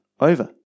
over